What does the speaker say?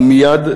ומייד,